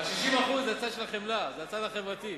ה-60% זה הצד של החמלה, זה הצד החברתי,